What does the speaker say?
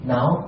Now